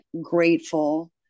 grateful